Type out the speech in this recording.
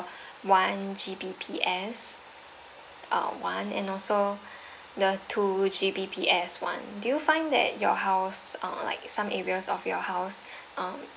one G_B_P_S uh one and also the two G_B_P_S one do you find that your house uh like some areas of your house uh